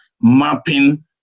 mapping